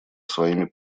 своими